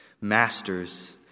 Masters